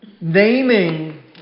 naming